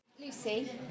Lucy